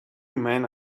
men